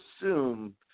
assume